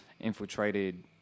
infiltrated